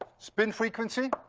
spin frequency,